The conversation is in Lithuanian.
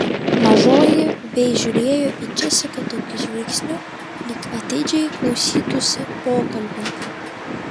mažoji vei žiūrėjo į džesiką tokiu žvilgsniu lyg atidžiai klausytųsi pokalbio